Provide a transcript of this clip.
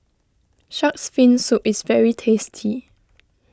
Shark's Fin Soup is very tasty